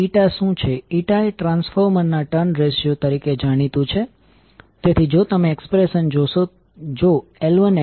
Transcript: v2 માટે સંદર્ભની polarity secondary બાજુ પર ટર્મિનલની ડોટેડ બાજુ પર પોઝિટિવ હશે